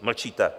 Mlčíte!